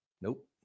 Nope